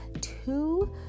two